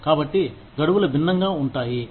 కాబట్టి గడువులు భిన్నంగా ఉంటాయి